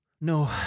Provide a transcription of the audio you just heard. No